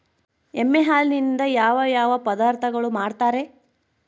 ಎಮ್ಮೆ ಹಾಲಿನಿಂದ ಯಾವ ಯಾವ ಪದಾರ್ಥಗಳು ಮಾಡ್ತಾರೆ?